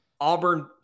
Auburn